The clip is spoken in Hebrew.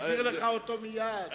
נחזיר לך אותו מייד.